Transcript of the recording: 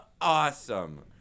awesome